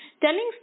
telling